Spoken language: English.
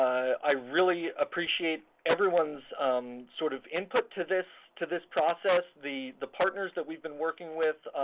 i really appreciate everyone's um sort of input to this to this process. the the partners that we've been working with,